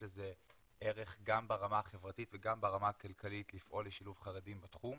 לזה ערך גם ברמה החברתית וגם בגרמה הכלכלית לפעול לשילוב חרדים בתחום.